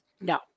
No